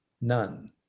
none